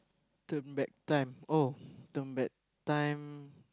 turn back time oh turn back time